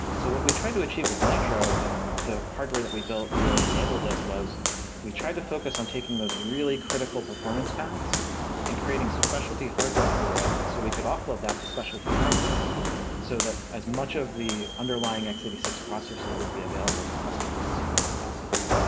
so what we try to achieve with nitro and the hardware that we built really enabled us was we try to focus on taking those really critical performance paths and creating specialty hardware for it so we could offload that to specialty hardware so that as much of the underlying x eight six processor would be available to customers as humanly possible.